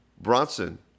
Bronson